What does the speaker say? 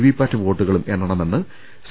V PAT വോട്ടുകളും എണ്ണമെന്ന് C